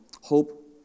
hope